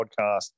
podcast